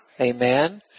Amen